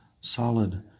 solid